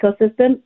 ecosystem